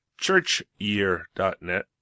churchyear.net